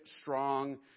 strong